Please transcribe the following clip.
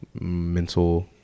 mental